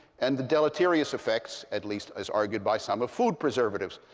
and the deleterious effects, at least as argued by some, of food preservatives,